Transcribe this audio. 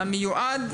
המיועד,